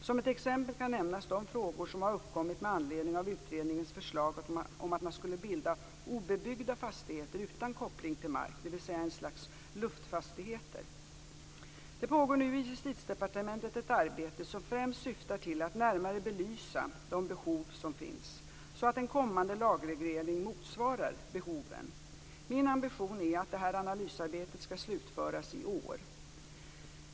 Som ett exempel kan nämnas de frågor som har uppkommit med anledning av utredningens förslag att man skall kunna bilda obebyggda fastigheter utan koppling till mark, dvs. ett slags luftfastigheter. Det pågår nu i Justitiedepartementet ett arbete som främst syftar till att närmare belysa de behov som finns, så att en kommande lagreglering motsvarar behoven. Min ambition är att det analysarbetet skall slutföras i år.